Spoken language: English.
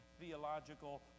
theological